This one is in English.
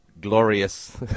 glorious